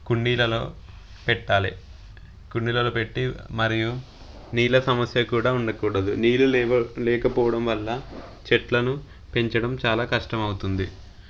కుండీలలో పెట్టాలి కుండీలలో పెట్టి మరియు నీళ్ళ సమస్య కూడా ఉండకూడదు నీళ్ళు లేవు లేకపోవడం వల్ల చెట్లను పెంచడం చాలా కష్టం అవుతుంది